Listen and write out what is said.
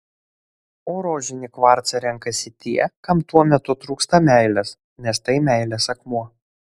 o rožinį kvarcą renkasi tie kam tuo metu trūksta meilės nes tai meilės akmuo